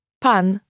Pan